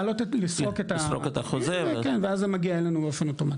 לסרוק את החוזה ואז זה מגיע אלינו באופן אוטומט,